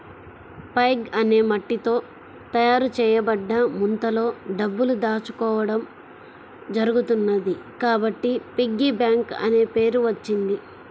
pig అనే మట్టితో తయారు చేయబడ్డ ముంతలో డబ్బులు దాచుకోవడం జరుగుతున్నది కాబట్టి పిగ్గీ బ్యాంక్ అనే పేరు వచ్చింది